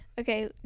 Okay